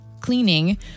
cleaning